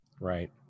Right